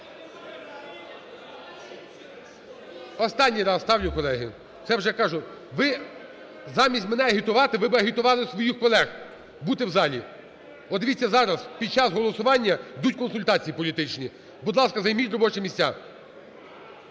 Останній раз ставлю, колеги. Це вже, кажу… Ви замість мене агітувати, ви б агітували своїх колеги бути в залі. От дивіться зараз, під час голосування йдуть консультації політичні. Будь ласка, займіть робочі місця.